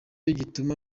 gituma